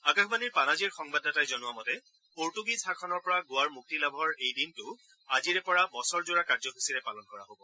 আকাশবাণীৰ পানাজীৰ সংবাদদাতাই জনোৱা মতে পৰ্তুগীজ শাসনৰ পৰা গোৱাৰ মুক্তি লাভৰ এই দিনটো আজিৰে পৰা বছৰজোৰা কাৰ্যসুচীৰে পালন কৰা হব